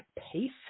Pace